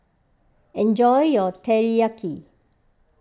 enjoy your Teriyaki